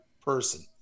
person